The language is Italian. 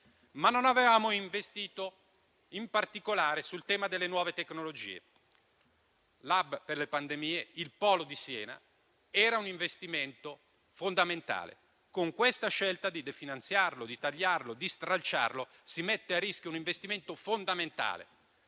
ma non avevamo investito in particolare nel tema delle nuove tecnologie. L'*hub* per le pandemie, il polo di Siena, era un investimento fondamentale. Con la scelta di definanziarlo, di tagliarlo e di stralciarlo, si mette a rischio un investimento fondamentale